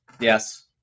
yes